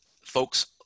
Folks